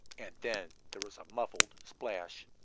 and then there was a muffled splash.